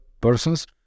persons